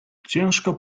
ciężka